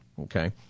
okay